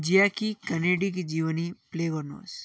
ज्याकी केनेडीको जीवनी प्ले गर्नुहोस्